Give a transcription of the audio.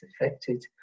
affected